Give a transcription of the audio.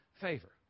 favor